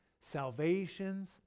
salvations